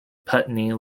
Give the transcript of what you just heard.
putney